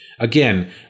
Again